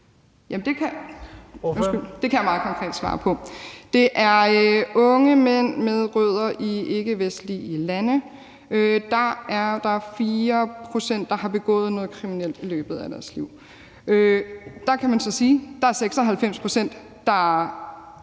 kan jeg svare meget konkret på. Det gælder unge mænd med rødder i ikkevestlige lande. Af dem er der 4 pct., der har begået noget kriminelt i løbet af deres liv. Der kan man så sige, at der er 96 pct., der